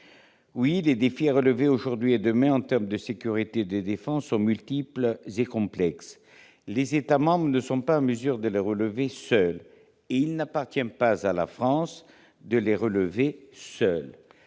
Oui, les défis à relever aujourd'hui et demain en termes de sécurité et de défense sont multiples et complexes ! Les États membres ne sont pas en mesure de les relever seuls. Et il n'appartient pas à la France de les relever seule